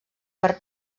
per